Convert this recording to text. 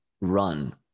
run